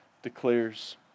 declares